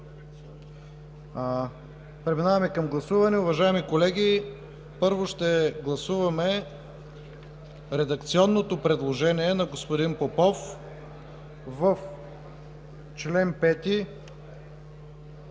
Преминаваме към гласуване. Уважаеми колеги, първо ще гласуваме редакционното предложение на господин Попов – в чл. 5,